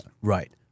Right